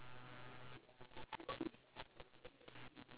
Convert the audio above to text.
okay when you sad I'll give you a hug and then leave you alone